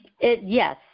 yes